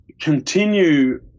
continue